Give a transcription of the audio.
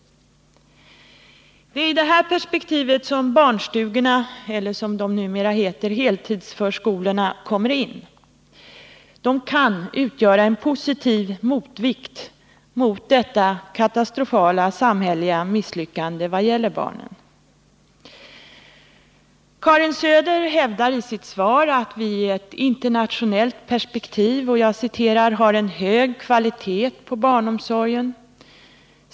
Det är i detta perspektiv som barnstugorna eller, som de numera heter, heltidsförskolorna kommer in. De kan utgöra en positiv motvikt mot detta katastrofala samhälleliga misslyckande vad gäller barnen. Karin Söder hävdar i sitt svar att vi i ett internationellt perspektiv ”har en hög kvalitet på barnomsorgen ———.